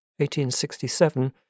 1867